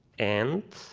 and